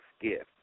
gift